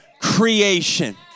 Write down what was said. creation